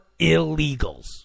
illegals